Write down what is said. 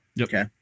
Okay